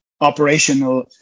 operational